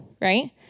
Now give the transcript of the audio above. right